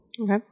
Okay